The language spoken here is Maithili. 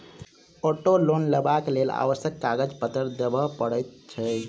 औटो लोन लेबाक लेल आवश्यक कागज पत्तर देबअ पड़ैत छै